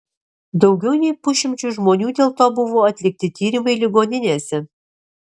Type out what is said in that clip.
daugiau nei pusšimčiui žmonių dėl to buvo atlikti tyrimai ligoninėse